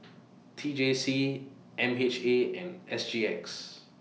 T J C M H A and S G X